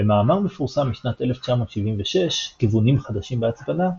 במאמר מפורסם משנת 1976 "כיוונים חדשים בהצפנה"